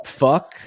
fuck